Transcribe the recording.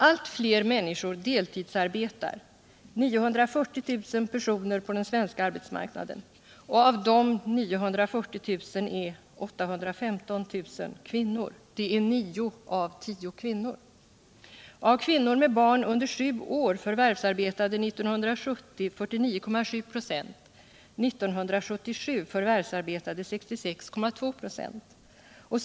Allt fler människor deltidsarbetar — 940 000 personer på den svenska arbetsmarknaden. Av de 940 000 är 815 000 kvinnor. Det betyder att 9 av 10 är kvinnor. Av kvinnor med barn under 7 år förvärvsarbetade 1970 49,7 96.1977 förvärvsarbetade 66,2 96.